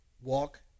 walk